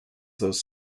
those